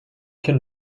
can